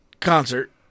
Concert